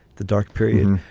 the dark period.